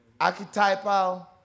Archetypal